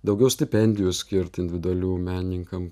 daugiau stipendijų skirt individualių menininkam